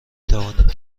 توانید